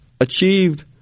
achieved